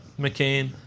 McCain